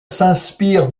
s’inspire